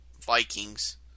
Vikings